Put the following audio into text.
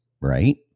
Right